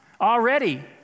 Already